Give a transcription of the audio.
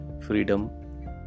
freedom